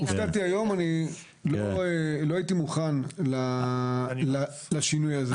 לא הייתי מוכן לשינוי הזה.